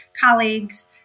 colleagues